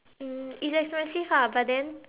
um it's expensive ah but then